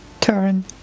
turn